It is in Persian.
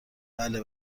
بله